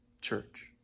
church